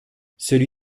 celui